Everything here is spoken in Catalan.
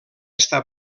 està